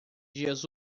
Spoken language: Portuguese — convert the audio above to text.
dias